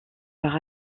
par